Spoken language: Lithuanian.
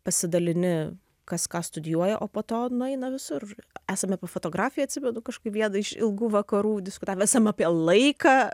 pasidalini kas ką studijuoja o po to nueina visur esam apie fotografiją atsimenu kažkaip vieną iš ilgų vakarų diskutavę esam apie laiką